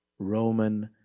roman,